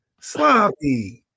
sloppy